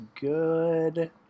good